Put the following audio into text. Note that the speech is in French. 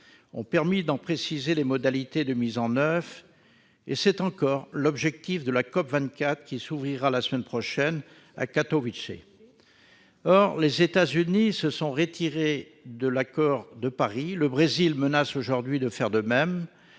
ont permis d'en préciser les modalités de mise en oeuvre, et c'est encore l'objectif de la COP24, qui s'ouvrira la semaine prochaine, à Katowice. Or les États-Unis se sont retirés de l'accord de Paris. Le Brésil menace aujourd'hui de faire de même.